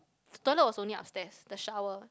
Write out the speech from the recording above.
toilet was only upstairs the shower